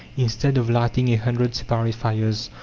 instead of lighting a hundred separate fires.